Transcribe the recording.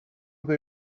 they